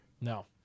No